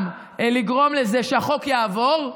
גם לגרום לזה שהחוק יעבור,